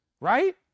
Right